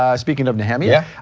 ah speaking of nehemiah,